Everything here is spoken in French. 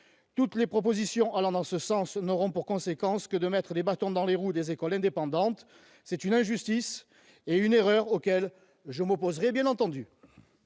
Toutes les propositions allant dans ce sens n'auront pour conséquence que de mettre des bâtons dans les roues des écoles indépendantes. C'est une injustice et une erreur auxquelles je m'opposerai, bien entendu.